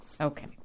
Okay